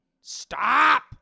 stop